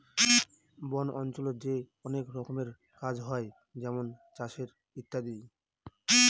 বন অঞ্চলে যে অনেক রকমের কাজ হয় যেমন চাষের ইত্যাদি